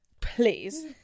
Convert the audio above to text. Please